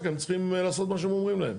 הם צריכים לעשות מה שהם אומרים להם.